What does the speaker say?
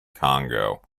congo